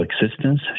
existence